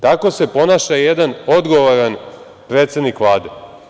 Tako se ponaša jedan odgovorni predsednik Vlade.